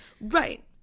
right